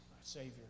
Savior